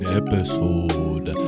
episode